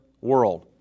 world